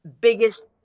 biggest